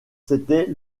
c’était